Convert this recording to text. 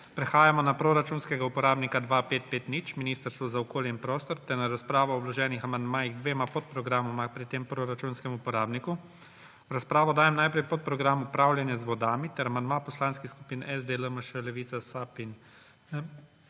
Prehajamo na proračunskega uporabnika 2550 Ministrstvo za okolje in prostor ter na razpravo o vloženih amandmajih k dvema podprogramoma pri tem proračunskem uporabniku. Najprej dajem v razpravo podprogram Upravljanje z vodami ter amandma poslanskih skupin SD, LMŠ, Levica, SAB in